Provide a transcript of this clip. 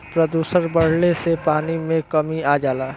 प्रदुषण बढ़ले से पानी में कमी आ जाला